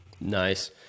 Nice